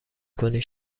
کنی